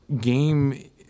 game